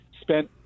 spent